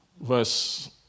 Verse